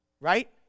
right